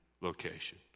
location